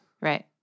right